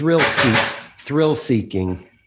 thrill-seeking